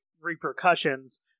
repercussions